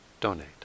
donate